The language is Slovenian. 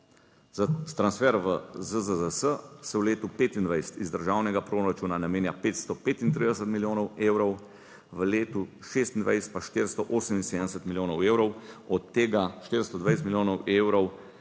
Za transfer v ZZZS se v letu 2025 iz državnega proračuna namenja 535 milijonov evrov, v letu 2026 pa 478 milijonov evrov, od tega 420 milijonov evrov